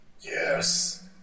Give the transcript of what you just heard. Yes